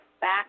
back